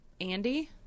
Andy